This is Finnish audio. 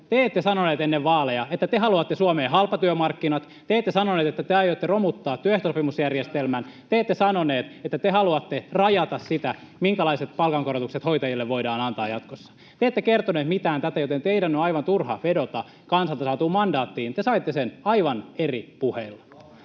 te ette sanoneet ennen vaaleja, että te haluatte Suomeen halpatyömarkkinat, te ette sanoneet, että te aiotte romuttaa työehtosopimusjärjestelmän, [Mauri Peltokangas: Te sanoitte!] te ette sanoneet, että te haluatte rajata sitä, minkälaiset palkankorotukset hoitajille voidaan antaa jatkossa. Te ette kertoneet mitään tätä, joten teidän on aivan turha vedota kansalta saatuun mandaattiin. Te saitte sen aivan eri puheilla.